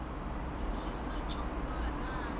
that one ya